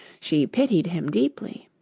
she pitied him deeply.